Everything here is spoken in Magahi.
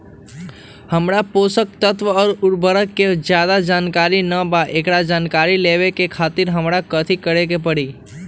हमरा पोषक तत्व और उर्वरक के ज्यादा जानकारी ना बा एकरा जानकारी लेवे के खातिर हमरा कथी करे के पड़ी?